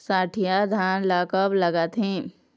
सठिया धान ला कब लगाथें?